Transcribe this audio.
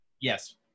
yes